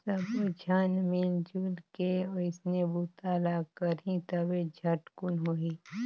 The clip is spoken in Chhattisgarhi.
सब्बो झन मिलजुल के ओइसने बूता ल करही तभे झटकुन होही